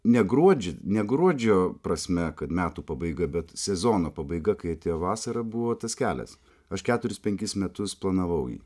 ne gruodžio ne gruodžio prasme kad metų pabaiga bet sezono pabaiga kai atėjo vasara buvo tas kelias aš keturis penkis metus planavau jį